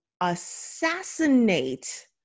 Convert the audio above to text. assassinate